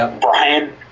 Brian